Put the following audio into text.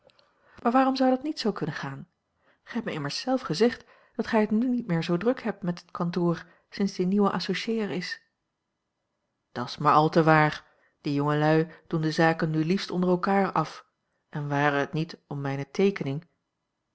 waarom zou dat niet zoo kunnen gaan gij hebt mij immers zelf gezegd dat gij het nu niet meer zoo druk hebt met het kantoor sinds die nieuwe associé er is dat's maar al te waar die jongelui doen de zaken nu liefst onder elkaar af en ware het niet om mijne teekening